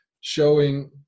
showing